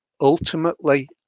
ultimately